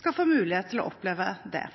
skal få mulighet til å oppleve det?